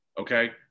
okay